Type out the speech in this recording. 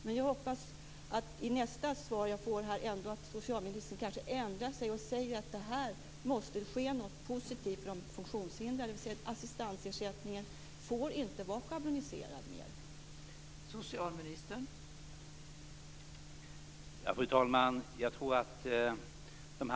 Men jag hoppas att socialministern i nästa svar jag får kanske ändrar sig och säger att här måste det ske något positivt för de funktionshindrade, att assistansersättningen inte får vara schabloniserad mer.